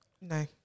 No